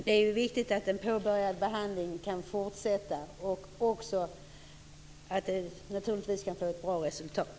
Det är ju viktigt att en påbörjad behandling kan fortsätta och naturligtvis också att den kan få ett bra resultat.